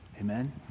Amen